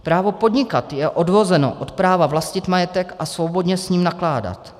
Právo podnikat je odvozeno od práva vlastnit majetek a svobodně s ním nakládat.